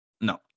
No